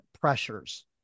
pressures